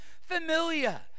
Familiar